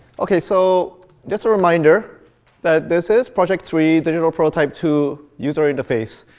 ok. so just a reminder that this is project three, digital prototype two, user interface.